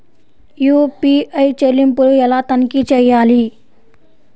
UPI చెల్లింపులు ఎలా తనిఖీ చేయాలి?